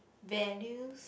values